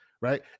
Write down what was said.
right